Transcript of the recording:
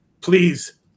Please